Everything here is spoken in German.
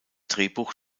drehbuch